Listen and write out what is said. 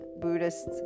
buddhist